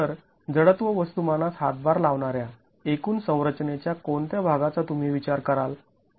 तर जडत्व वस्तुमानास हातभार लावणार्या एकूण संरचनेच्या कोणत्या भागाचा तुम्ही विचार कराल